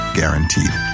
guaranteed